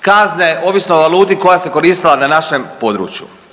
kazne ovisno o valuti koja se koristila na našem području.